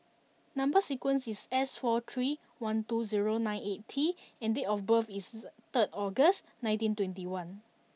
number sequence is S four three one two zero nine eight T and date of birth is third August nineteen twenty one